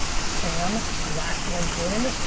spam, blast linkedin,